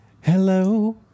Hello